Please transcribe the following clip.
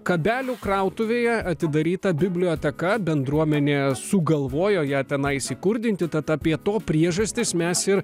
kabelių krautuvėje atidaryta biblioteka bendruomenė sugalvojo ją tenais įsikurdinti tad apie to priežastis mes ir